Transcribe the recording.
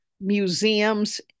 museums